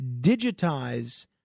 digitize